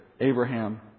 Abraham